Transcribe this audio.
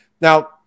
now